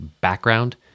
background